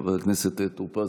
חבר הכנסת טור פז,